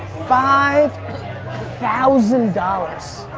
five thousand dollars.